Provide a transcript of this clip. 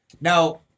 Now